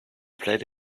played